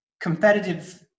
competitive